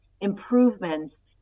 improvements